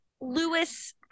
Lewis